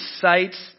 sights